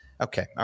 Okay